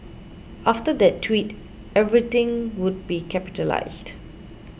after that tweet everything would be capitalised